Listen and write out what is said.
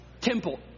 temple